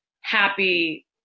happy